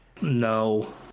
No